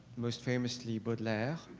most famously baudelaire,